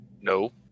No